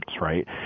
right